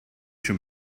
schon